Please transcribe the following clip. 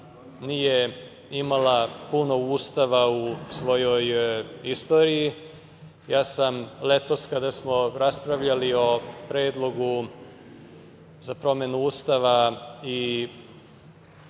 nije imala puno ustava u svojoj istoriji. Ja sam letos, kada smo raspravljali o Predlogu za promenu Ustava, i